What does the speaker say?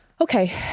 Okay